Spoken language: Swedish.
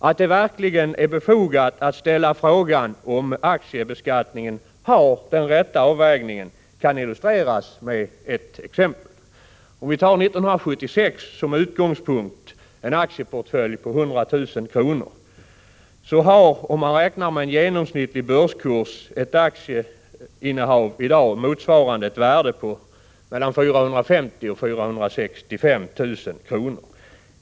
Att det verkligen är befogat att ställa frågan om aktiebeskattningen har den rätta avvägningen kan illustreras med ett exempel. Den som år 1976 hade en aktieportfölj på 100 000 kr. har om man räknar med en genomsnittlig börskurs i dag ett aktieinnehav motsvarande ett värde på mellan 450 000 och 465 000 kr.